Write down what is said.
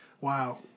Wow